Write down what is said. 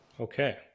Okay